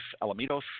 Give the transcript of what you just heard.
Alamitos